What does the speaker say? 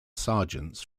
sergeants